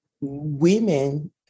women